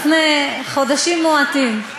לפני חודשים מועטים,